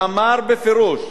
ואמר בפירוש,